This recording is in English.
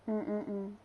mm mm mm